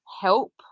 help